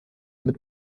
mit